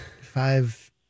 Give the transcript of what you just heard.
Five